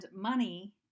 money